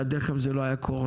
בלעדיכם זה לא היה קורה.